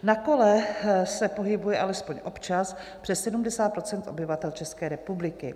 Na kole se pohybuje alespoň občas přes 70 % obyvatel České republiky.